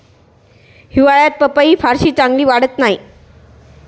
हिवाळ्यात पपई फारशी चांगली वाढत नाही